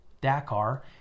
Dakar